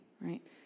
Right